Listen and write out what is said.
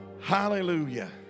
Hallelujah